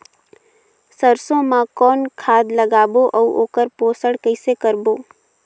सरसो मा कौन खाद लगाबो अउ ओकर पोषण कइसे करबो?